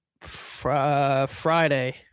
Friday